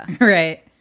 Right